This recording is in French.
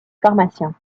pharmaciens